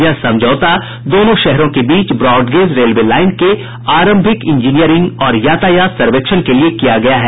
यह समझौता दोनों शहरों के बीच ब्रॉडगेज रेलवे लाईन के आरंभिक इंजीनियरिंग और यातायात सर्वेक्षण के लिए किया गया है